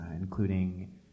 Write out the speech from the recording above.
including